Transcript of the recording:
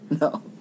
No